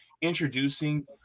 introducing